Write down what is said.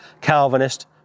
Calvinist